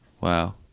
Wow